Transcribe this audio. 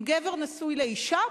אם גבר נשוי לאשה,